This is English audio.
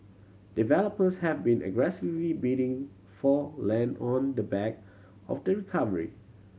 developers have been aggressively bidding for land on the back of the recovery